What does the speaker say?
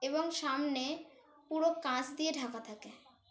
এবং সামনে পুরো কাঁচ দিয়ে ঢাকা থাকে